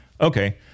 okay